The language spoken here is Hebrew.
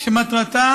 שמטרתה